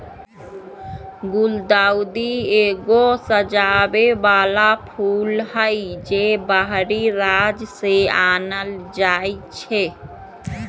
गुलदाऊदी एगो सजाबे बला फूल हई, जे बाहरी राज्य से आनल जाइ छै